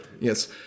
Yes